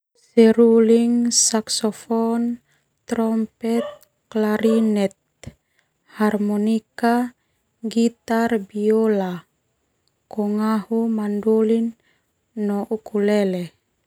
Seruling, saksofon, terompet, clarinet, harmonika, gitar, biola, kongahu, mandolin, no ukulele.